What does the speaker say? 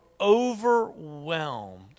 overwhelmed